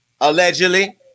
allegedly